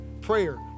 prayer